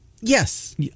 Yes